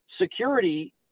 Security